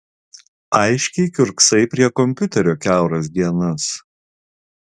aiškiai kiurksai prie kompiuterio kiauras dienas